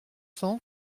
cents